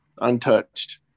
Untouched